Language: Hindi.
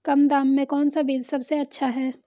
कम दाम में कौन सा बीज सबसे अच्छा है?